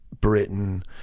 Britain